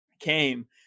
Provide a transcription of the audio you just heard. came